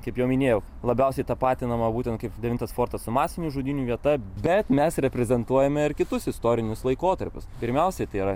kaip jau minėjau labiausiai tapatinama būtent kaip devintas fortas su masinių žudynių vieta bet mes reprezentuojame ir kitus istorinius laikotarpius pirmiausia tai yra